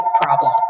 problem